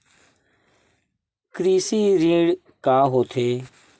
कृषि ऋण का होथे?